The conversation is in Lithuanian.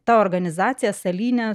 ta organizacija salyne